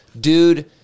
Dude